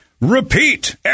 repeat